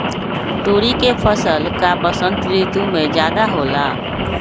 तोरी के फसल का बसंत ऋतु में ज्यादा होला?